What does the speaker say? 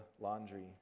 laundry